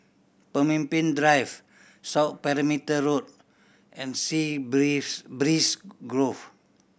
Pemimpin Drive South Perimeter Road and Sea Breeze Breeze Grove